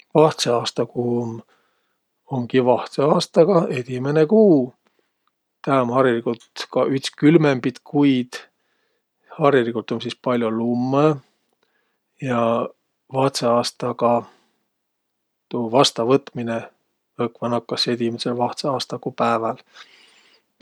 Vahtsõaastakuu umgi vahtsõ aastaga edimäne kuu. Tä um hariligult ka üts külmembit kuid. Hariligult um sis pall'o lummõ ja vahtsõ aastaga tuu vastavõtminõ õkva nakkas vahtsõaastakuu edimädsel pääväl.